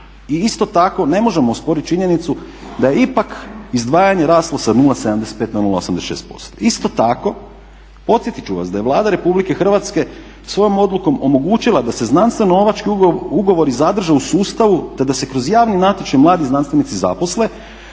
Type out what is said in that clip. I isto tako ne možemo osporiti činjenicu da je ipak izdvajanje raslo sa 0,75 na 0,86%. Isto tako podsjetiti ću vas da je Vlada Republike Hrvatske svojom odlukom omogućila da se znanstveno novački ugovori zadrže u sustavu te da se kroz javni natječaj mladi znanstvenici zaposle.